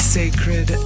sacred